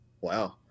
Wow